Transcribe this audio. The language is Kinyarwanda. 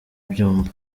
byumba